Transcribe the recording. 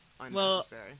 unnecessary